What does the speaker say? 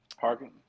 parking